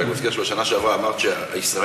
אני מזכיר לך שבשנה שעברה אמרת שישראל